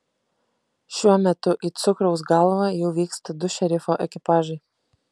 šiuo metu į cukraus galvą jau vyksta du šerifo ekipažai